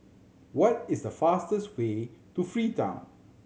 what is the fastest way to Freetown